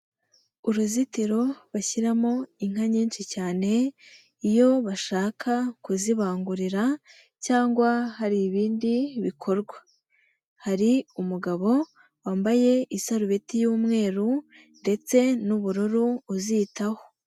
Uruzitiro bashyiramo inka nyinshi cyane iyo bashaka kuzibangurira cyangwa hari ibindi bikorwa, hari umugabo wambaye isarubeti y'umweru ndetse n'ubururu uzitaho.